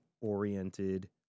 oriented